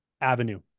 avenue